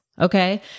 Okay